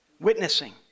Witnessing